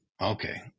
Okay